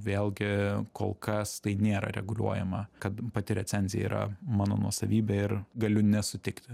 vėlgi kol kas tai nėra reguliuojama kad pati recenzija yra mano nuosavybė ir galiu nesutikti